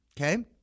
Okay